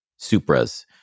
Supras